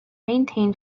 maintain